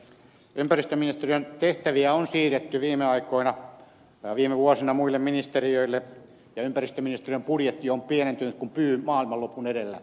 ympäristöministeriön tehtäviä on siirretty viime aikoina viime vuosina muille ministeriöille ja ympäristöministeriön budjetti on pienentynyt kuin pyy maailmanlopun edellä